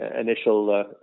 initial